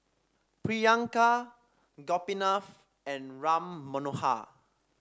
Priyanka Gopinath and Ram Manohar